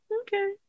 okay